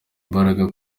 imbaraga